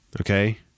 okay